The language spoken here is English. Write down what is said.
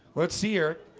let's see her